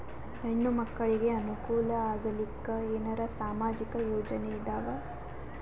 ಹೆಣ್ಣು ಮಕ್ಕಳಿಗೆ ಅನುಕೂಲ ಆಗಲಿಕ್ಕ ಏನರ ಸಾಮಾಜಿಕ ಯೋಜನೆ ಇದಾವ?